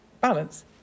balance